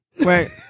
Right